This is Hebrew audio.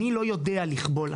אני לא יודע לכבול,